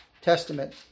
testament